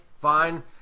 fine